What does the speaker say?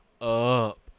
up